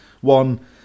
one